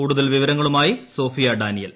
കൂടുതൽ വിവരങ്ങളുമായി സോഫിയ ഡാനിയൽ